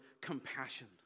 compassion